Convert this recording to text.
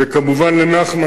וכמובן לנחמן,